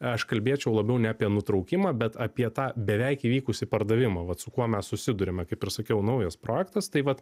aš kalbėčiau labiau ne apie nutraukimą bet apie tą beveik įvykusį pardavimą vat su kuo mes susiduriame kaip ir sakiau naujas projektas tai vat